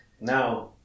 Now